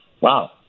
wow